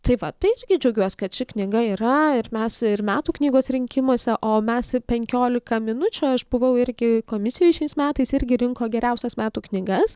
tai va tai irgi džiaugiuos kad ši knyga yra ir mes ir metų knygos rinkimuose o mes penkiolika minučių aš buvau irgi komisijoj šiais metais irgi rinko geriausias metų knygas